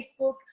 Facebook